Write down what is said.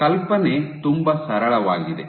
ಕಲ್ಪನೆ ತುಂಬಾ ಸರಳವಾಗಿದೆ